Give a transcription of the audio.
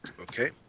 okay